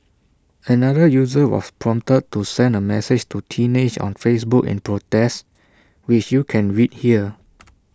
another user was prompted to send A message to teenage on Facebook in protest which you can read here